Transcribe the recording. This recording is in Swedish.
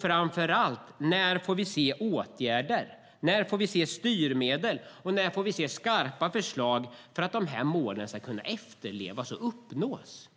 Framför allt: När får vi se åtgärder? När får vi se styrmedel, och när får vi se skarpa förslag om hur dessa mål ska kunna efterlevas och uppnås?